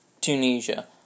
Tunisia